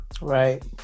Right